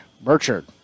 Burchard